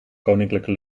koninklijke